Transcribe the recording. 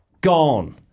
gone